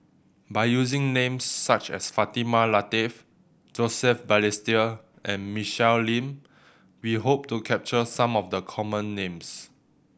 by using names such as Fatimah Lateef Joseph Balestier and Michelle Lim we hope to capture some of the common names